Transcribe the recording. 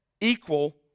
equal